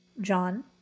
John